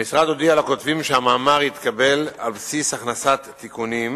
המשרד הודיע לכותבים שהמאמר יתקבל על בסיס הכנסת תיקונים,